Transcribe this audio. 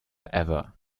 ever